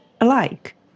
alike